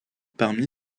parmi